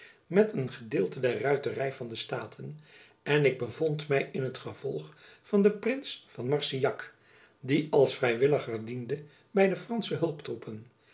met een gedeelte der ruitery van de staten en ik bevond my in het gevolg van den prins van marsillac die als vrijwilliger diende by de fransche hulptroepen